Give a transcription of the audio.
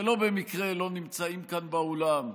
שלא במקרה לא נמצאים כאן באולם: